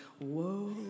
whoa